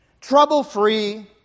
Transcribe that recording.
trouble-free